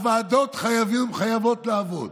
הוועדות חייבות לעבוד,